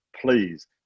please